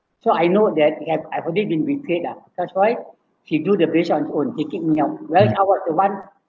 so I know that he have I already been betrayed ah that's why he do the business own he kick me out where I was the one